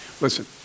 Listen